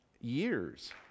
years